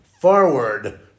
forward